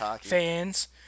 fans